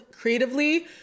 creatively